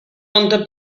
under